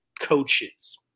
coaches